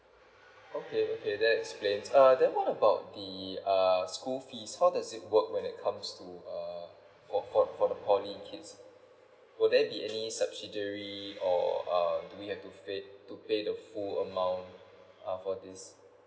okay okay that explains uh then what about the uh school fees how does it work when it comes to uh for for for the poly kids will there be any subsidiary or uh do we have to fad~ to pay the full amount uh for this